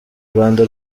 rwanda